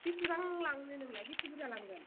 बेसेबां लांनो नोंलाय बेसे बुरजा लांगोन